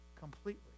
completely